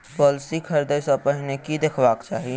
Policy खरीदै सँ पहिने की देखबाक चाहि?